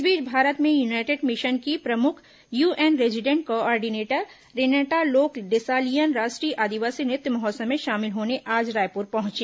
इस बीच भारत में यूनाईटेड मिशन की प्रमुख UN resident coordinator Renata Lok Dessallien राष्ट्रीय आदिवासी नृत्य महोत्सव में शामिल होने आज रायपुर पहुंची